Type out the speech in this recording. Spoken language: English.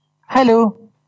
Hello